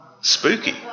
Spooky